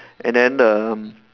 and then the